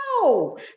No